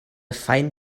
fine